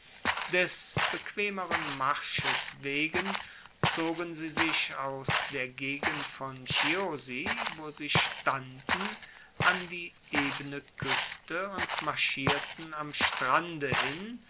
des bequemeren marsches wegen zogen sie sich aus der gegend von chiusi wo sie standen an die ebene kueste und marschierten am strande hin